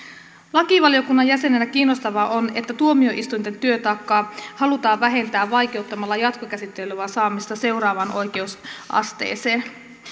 lakivaliokunnan jäsenenä kiinnostavaa on että tuomioistuinten työtaakkaa halutaan vähentää vaikeuttamalla jatkokäsittelyn saamista seuraavaan oikeusasteeseen